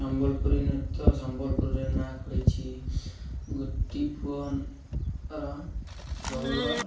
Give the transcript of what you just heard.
ସମ୍ବଲପୁରୀ ନୃତ୍ୟ ସମ୍ବଲପୁରରେ ନାଁ କରିଛି ଗୋଟି ପୁଅର ଷୋହଳ